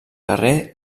carrer